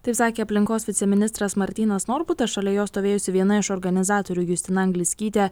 taip sakė aplinkos viceministras martynas norbutas šalia jo stovėjusi viena iš organizatorių justina anglickytė